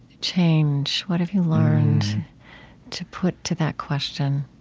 change? what have you learned to put to that question?